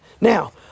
Now